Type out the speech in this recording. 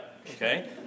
okay